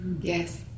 Yes